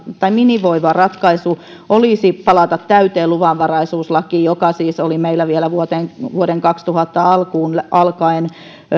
minimoiva ratkaisu olisi palata täyteen luvanvaraisuuslakiin joka siis oli meillä vielä vuoden kaksituhatta alkuun